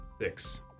Six